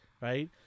right